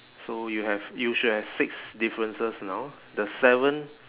so you have you should have six differences now the seven